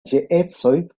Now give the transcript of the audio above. geedzoj